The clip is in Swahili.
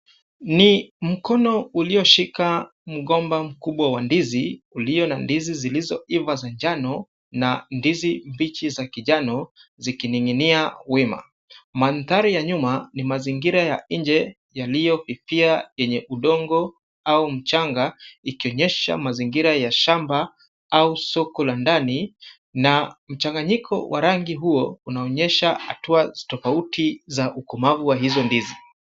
Ni mkono ulioshika mgomba mkubwa wa ndizi ulio na ndizi zilizoiva za njano na ndizi mbichi za kijani zikining'inia wima. Mandhari ya nyuma ni mazingira ya nje yaliyofifia yenye udongo au mchanga ikionyesha mazingira ya shamba au soko la ndani na mchanganyiko wa rangi huo unaonyesha hatua tofauti za ukomavu wa hizo ndizi.